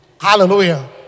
Hallelujah